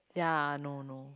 ya no no